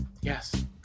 Yes